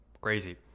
Crazy